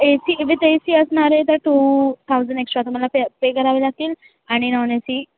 A C with A C असणार आहे तर टू थाउजंड एक्स्ट्रा तुम्हाला पे पे करावे लागतील आणि नॉन ए सी